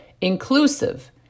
inclusive